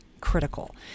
critical